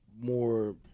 more